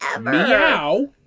Meow